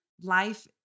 life